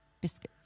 biscuits